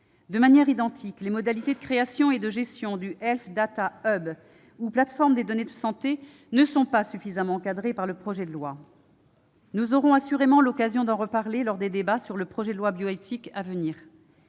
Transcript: De manière identique, les modalités de création et de gestion du Health Data Hub, ou « plateforme des données de santé », ne sont pas suffisamment encadrées par le projet de loi. Nous aurons assurément l'occasion d'en reparler lors des débats à venir sur le projet de loi relatif à la